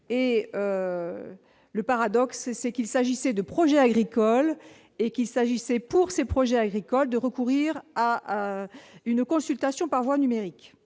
et le paradoxe, c'est qu'il s'agissait de projets agricoles et qu'il s'agissait pour ces projets agricoles de recourir à une consultation par voie numérique